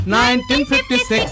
1956